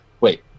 Wait